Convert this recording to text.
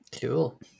Cool